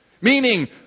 Meaning